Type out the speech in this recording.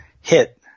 hit